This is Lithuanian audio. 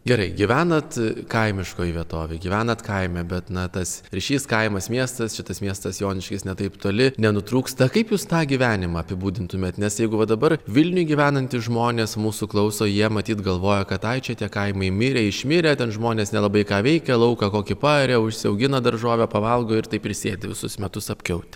gerai gyvenat kaimiškoj vietovėj gyvenat kaime bet na tas ryšys kaimas miestas čia tas miestas joniškis ne taip toli nenutrūksta kaip jūs tą gyvenimą apibūdintumėt nes jeigu va dabar vilniuj gyvenantys žmonės mūsų klauso jie matyt galvoja kad ai čia tie kaimai mirę išmirę ten žmonės nelabai ką veikia lauką kokį paaria užsiaugina daržovių pavalgo ir taip ir sėdi visus metus apkiautę